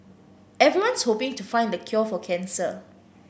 everyone's hoping to find the cure for cancer